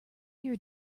your